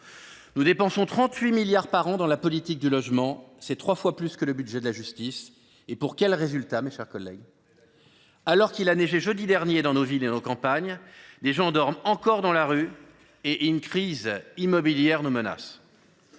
Nous dépensons 38 milliards d’euros par an dans la politique du logement ; c’est trois fois plus que le budget de la justice. Pour quels résultats, mes chers collègues ? Nous sommes d’accord. Alors qu’il a neigé jeudi dernier dans nos villes et dans nos campagnes, des gens continuent de dormir dans la rue et une crise immobilière nous menace.